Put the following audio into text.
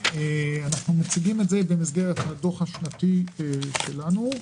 אנחנו מציגים את זה במסגרת הדוח השנתי שלנו.